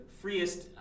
freest